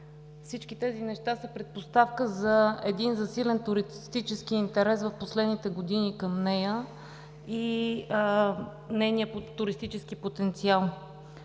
Всички тези неща са предпоставка за един засилен туристически интерес в последните години към нея и нейния туристически потенциал.